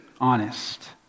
honest